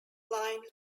line